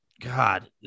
God